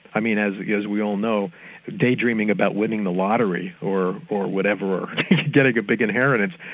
i mean as yeah as we all know daydreaming about winning the lottery or or whatever, or getting a big inheritance,